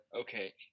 okay